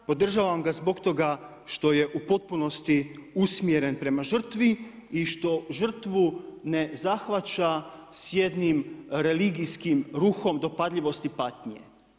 Podržavam ga zbog toga što je u potpunosti usmjeren prema žrtvi i što žrtvu ne zahvaća s jednim religijskim ruhom dopadljivosti patnje.